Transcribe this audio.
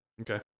Okay